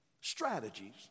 strategies